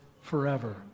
forever